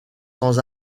sans